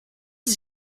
ist